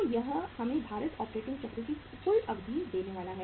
तो यह हमें भारित ऑपरेटिंग चक्र की कुल अवधि देने वाला है